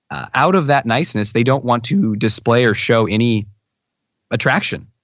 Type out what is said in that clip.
out of that niceness they don't want to display or show any attraction,